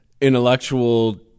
intellectual